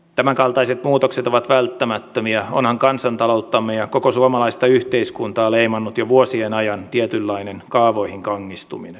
tämänkaltaiset muutokset ovat välttämättömiä onhan kansantalouttamme ja koko suomalaista yhteiskuntaa leimannut jo vuosien ajan tietynlainen kaavoihin kangistuminen